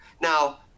now